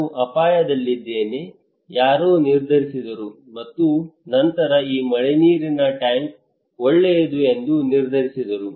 ನಾನು ಅಪಾಯದಲ್ಲಿದ್ದೇನೆ ಯಾರೋ ನಿರ್ಧರಿಸಿದರು ಮತ್ತು ನಂತರ ಈ ಮಳೆನೀರಿನ ಟ್ಯಾಂಕ್ ಒಳ್ಳೆಯದು ಎಂದು ನಿರ್ಧರಿಸಿದರು